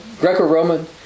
Greco-Roman